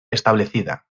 establecida